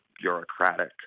bureaucratic